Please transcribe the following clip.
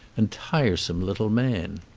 and tiresome little man.